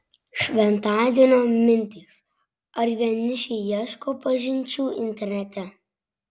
šventadienio mintys ar vienišiai ieško pažinčių internete